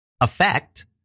affect